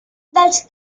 dels